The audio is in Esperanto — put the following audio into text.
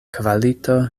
kvalito